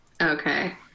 Okay